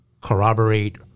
corroborate